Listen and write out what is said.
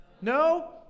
No